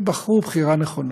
בחרו בחירה נכונה.